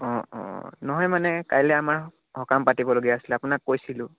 অঁ অঁ নহয় মানে কাইলৈ আমাৰ সকাম পাতিবলগীয়া আছিলে আপোনাক কৈছিলোঁ